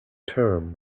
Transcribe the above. term